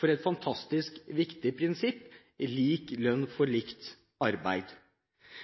for et fantastisk viktig prinsipp: Lik lønn for likt arbeid.